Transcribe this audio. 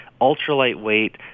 ultra-lightweight